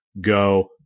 go